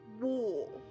war